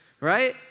right